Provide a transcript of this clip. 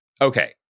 Okay